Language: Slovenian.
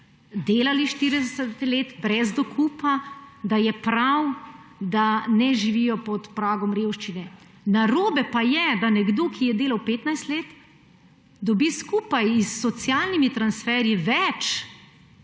delali 40 let brez dokupa, ne živijo pod pragom revščine. Narobe pa je, da nekdo, ki je delal 15 let, dobi skupaj s socialnimi transferji več